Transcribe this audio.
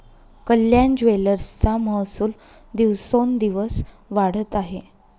कल्याण ज्वेलर्सचा महसूल दिवसोंदिवस वाढत आहे